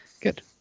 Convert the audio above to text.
Good